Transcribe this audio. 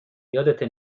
یادته